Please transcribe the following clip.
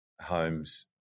homes